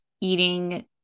eating